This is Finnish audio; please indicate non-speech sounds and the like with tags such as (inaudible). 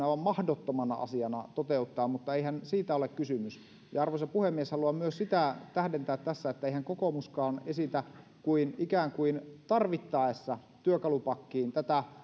(unintelligible) aivan mahdottomana asiana toteuttaa mutta eihän siitä ole kysymys arvoisa puhemies haluan myös sitä tähdentää tässä että eihän kokoomuskaan esitä kuin ikään kuin tarvittaessa työkalupakkiin tätä